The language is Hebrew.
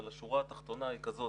אבל השורה התחתונה היא כזאת,